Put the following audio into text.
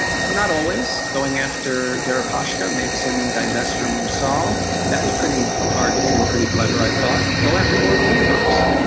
not always. going after deripaska makes him divest from rusal, that was pretty targeted and pretty clever, i thought. go after more of the oligarchs.